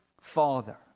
father